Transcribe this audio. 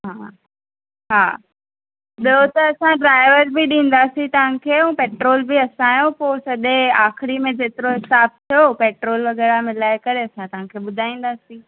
हा ॿियो त असां ड्राईवर बि ॾींदासीं तव्हांखे ऐं पेट्रोल बि असांजो पोइ सॼे आख़िरी में जेतिरो हिसाबु थियो पेट्रोल वग़ैरह मिलाए करे असां तव्हांखे ॿुधाईंदासीं